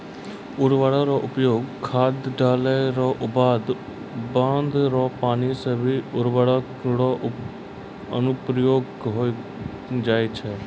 उर्वरक रो अनुप्रयोग खाद देला रो बाद बाढ़ रो पानी से भी उर्वरक रो अनुप्रयोग होय जाय छै